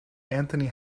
anthony